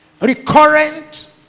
recurrent